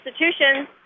institutions